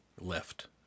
left